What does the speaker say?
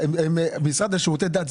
המשרד לשירותי דת,